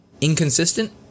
inconsistent